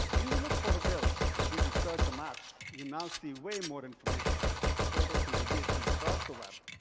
when you look for hotels in google search or maps, you now see way more information, like photos and reviews from across the web,